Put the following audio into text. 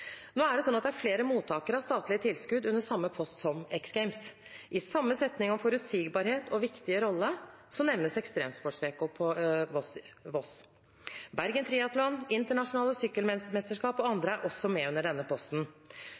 Det er flere mottakere av statlige tilskudd under samme post som X Games. I samme setning om forutsigbarhet og viktige rolle nevnes Ekstremsportveko på Voss, og Bergen Triathlon, internasjonale sykkelmesterskap og andre er også med under denne posten.